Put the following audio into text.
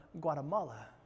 Guatemala